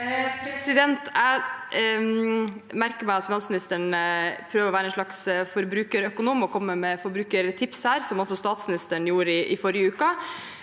Jeg mer- ker meg at finansministeren prøver å være en slags forbrukerøkonom og komme med forbrukertips her, som også statsministeren gjorde i forrige uke.